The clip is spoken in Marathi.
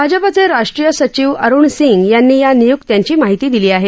भाजपचे राष्ट्रीय सचिव अरुण सिंग यांनी या निय्क्त्यांची माहिती दिली आहे